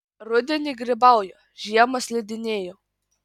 rudenį grybauju žiemą slidinėju